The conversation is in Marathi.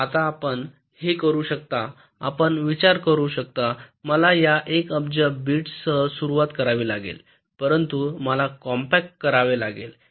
आता आपण हे करू शकता आपण विचारू शकता मला या 1 अब्ज बिट्ससह सुरुवात करावी लागेल परंतु मला कॉम्पॅक करावे लागेल